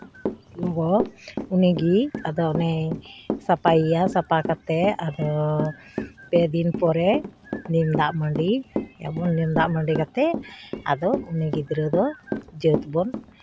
ᱜᱚ ᱩᱱᱤᱜᱮ ᱟᱫᱚ ᱚᱱᱮᱭ ᱥᱟᱯᱟᱭᱮᱭᱟ ᱥᱟᱯᱟ ᱠᱟᱛᱮ ᱟᱫᱚ ᱯᱮ ᱫᱤᱱ ᱯᱚᱨᱮ ᱱᱤᱢ ᱫᱟᱜ ᱢᱟᱹᱰᱤᱭᱟᱵᱚᱱ ᱱᱤᱢ ᱫᱟᱜ ᱢᱟᱹᱰᱤ ᱠᱟᱛᱮ ᱟᱫᱚ ᱩᱱᱤ ᱜᱤᱫᱽᱨᱟᱹ ᱫᱚ ᱡᱟᱹᱛ ᱵᱚᱱ